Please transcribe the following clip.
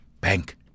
bank